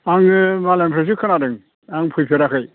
आङो मालायनिफ्रायसो खोनादों आं फैफेराखै